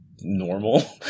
normal